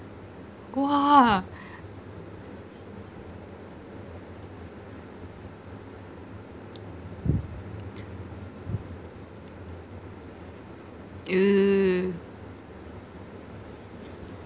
!wah! !eeyer!